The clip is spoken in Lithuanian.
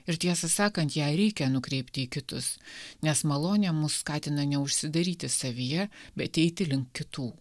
ir tiesą sakant ją ir reikia nukreipti į kitus nes malonė mus skatina neužsidaryti savyje bet eiti link kitų